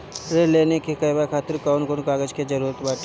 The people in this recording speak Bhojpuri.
ऋण लेने के कहवा खातिर कौन कोन कागज के जररूत बाटे?